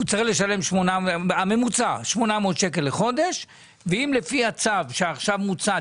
הממוצע צריך לשלם 800 שקלים ואילו לפי הצו שעכשיו מוצע,